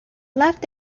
left